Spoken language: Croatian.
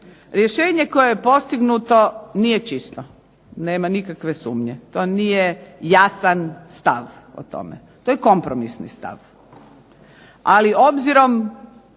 Rješenje koje je postignuto nije čisto. Nema nikakve sumnje. To nije jasan stav o tome, to je kompromisni stav. Ali obzirom